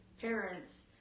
parents